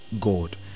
God